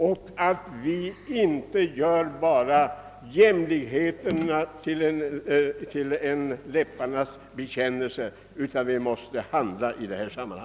Jämlikheten får inte vara bara en läpparnas bekännelse, utan vi måste handla.